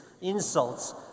insults